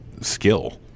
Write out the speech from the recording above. skill